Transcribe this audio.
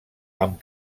amb